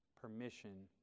permission